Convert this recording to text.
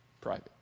private